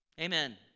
Amen